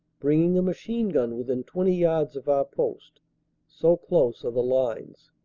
bringing a machine-gun within twenty yards of our post so close are the lines.